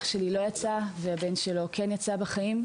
אנשים לא מבינים כמה הים מסוכן.